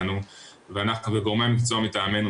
וגורמי המקצוע מטעמנו,